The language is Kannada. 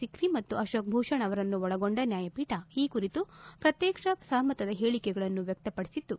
ಸಿಕ್ರಿ ಮತ್ತು ಅಶೋಕ್ ಭೂಷಣ್ ಅವರನ್ನು ಒಳಗೊಂಡ ನ್ಯಾಯಪೀಠ ಈ ಕುರಿತು ಪ್ರತ್ಯೇಕ ಸಹಮತದ ಹೇಳಿಕೆಗಳನ್ನು ವ್ಯಕ್ತಪಡಿಸಿದ್ದು